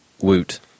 Woot